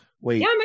Wait